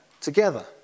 together